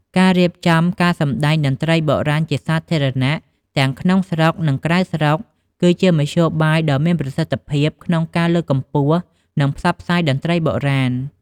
ការរៀបចំការសម្តែងតន្ត្រីបុរាណជាសាធារណៈ ទាំងក្នុងស្រុក និងក្រៅស្រុក គឺជាមធ្យោបាយដ៏មានប្រសិទ្ធភាពក្នុងការលើកកម្ពស់ និងផ្សព្វផ្សាយតន្ត្រីបុរាណ។